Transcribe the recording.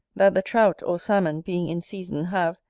that the trout, or salmon, being in season, have,